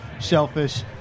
shellfish